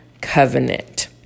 covenant